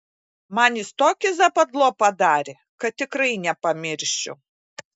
man jis tokį zapadlo padarė kad tikrai nepamiršiu